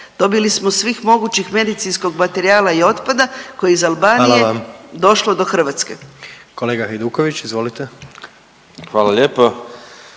dobili smo svih mogućih medicinskog materijala i otpada koji je iz Albanije došlo do Hrvatske. **Jandroković, Gordan (HDZ)**